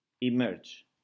emerge